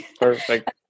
Perfect